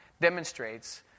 demonstrates